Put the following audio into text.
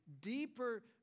deeper